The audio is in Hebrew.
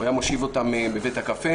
הוא היה מושיב אותן בבית הקפה